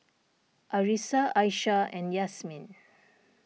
Arissa Aisyah and Yasmin